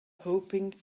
hoping